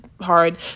hard